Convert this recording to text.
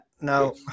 no